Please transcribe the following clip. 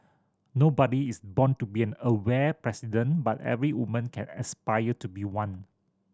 nobody is born to be an Aware president but every woman can aspire to be one